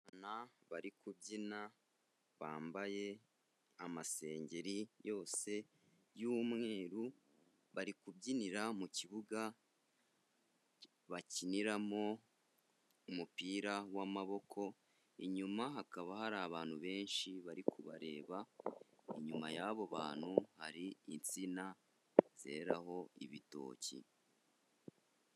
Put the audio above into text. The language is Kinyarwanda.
Abana bari kubyina bambaye amasengeri yose y'umweru, bari kubyinira mu kibuga bakiniramo umupira w'amaboko, inyuma hakaba hari abantu benshi bari kubareba, inyuma y'abo bantu hari insina zeraho ibitoki.